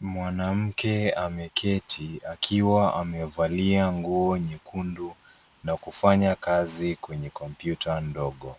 Mwanamke ameketi akiwa amevalia nguo nyekundu na kufanya kazi kwenye kompyuta ndogo